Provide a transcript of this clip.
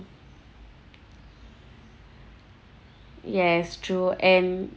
yes true and